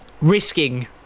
risking